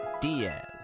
Diaz